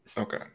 Okay